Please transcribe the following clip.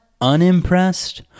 unimpressed